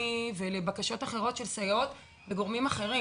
ולבקשות אחרות של סייעות וגורמים אחרים.